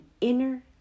inner